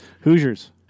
Hoosiers